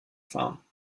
fahren